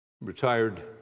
retired